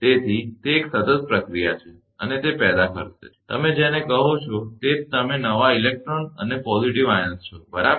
તેથી તે એક સતત પ્રક્રિયા છે અને તે પેદા કરશે તમે જેને કહો છો તે જ તમે નવા ઇલેક્ટ્રોન અને ધન આયનો છો બરાબર